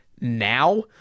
now